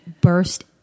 burst